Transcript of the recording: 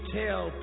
tell